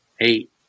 eight